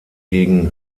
gegen